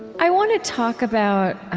i want to talk about